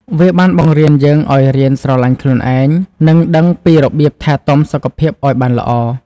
វាបានបង្រៀនយើងឱ្យរៀនស្រឡាញ់ខ្លួនឯង និងដឹងពីរបៀបថែទាំសុខភាពឱ្យបានល្អ។